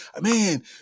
Man